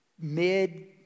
mid